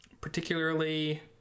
particularly